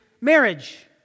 marriage